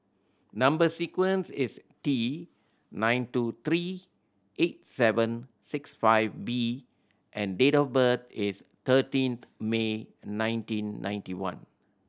number sequence is T nine two three eight seven six five B and date of birth is thirteen May nineteen ninety one